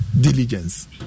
diligence